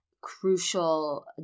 crucial